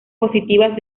positivas